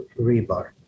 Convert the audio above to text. rebar